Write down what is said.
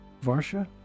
Varsha